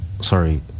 sorry